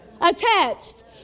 Attached